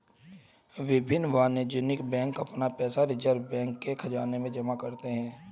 विभिन्न वाणिज्यिक बैंक अपना पैसा रिज़र्व बैंक के ख़ज़ाने में जमा करते हैं